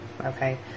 okay